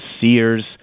Sears